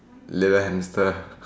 little hamster